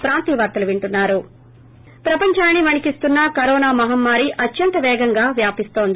break ప్రపందాన్ని వణికిస్తున్న corona మహమ్మారి అత్యంత పేగంగా వ్యాపిన్తోంది